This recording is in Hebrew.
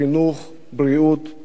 בריאות ותעסוקה.